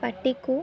ପାଟିକୁ